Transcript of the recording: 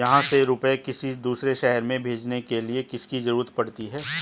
यहाँ से रुपये किसी दूसरे शहर में भेजने के लिए किसकी जरूरत पड़ती है?